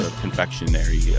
confectionery